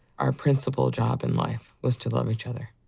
our principal job in life was to love each other.